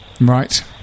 Right